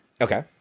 Okay